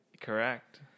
Correct